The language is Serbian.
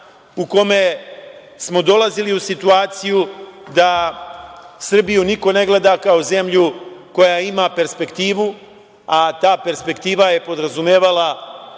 u kome smo dolazili u situaciju da Srbiju niko ne gleda kao zemlju koja ima perspektivu, a ta perspektiva je podrazumevala